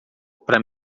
para